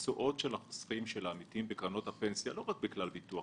התשואות של החוסכים של העמיתים בקרנות הפנסיה לא רק בכלל ביטוח,